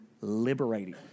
liberating